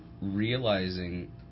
realizing